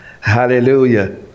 Hallelujah